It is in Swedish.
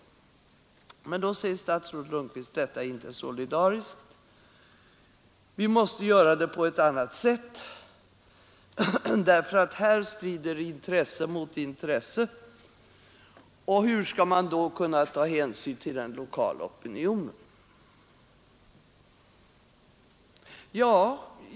Men då säger statsrådet Lundkvist: Detta är inte solidariskt. Vi måste göra det på ett annat sätt därför att här strider intresse mot intresse och hur skall man då kunna ta hänsyn till den lokala opinionen?